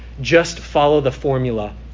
just-follow-the-formula